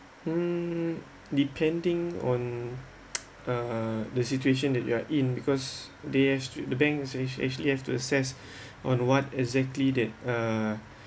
um depending on uh the situation that you are in because they act~ the bank actual~ actually have to assess on what exactly that uh